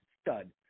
stud